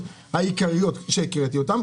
לאור מה שראיתי,